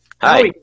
Hi